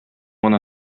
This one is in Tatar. гына